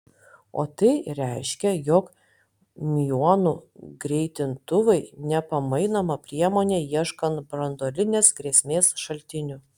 o tai reiškia jog miuonų greitintuvai nepamainoma priemonė ieškant branduolinės grėsmės šaltinių